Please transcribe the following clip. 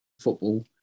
football